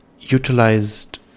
utilized